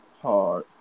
Hard